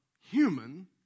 human